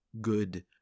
good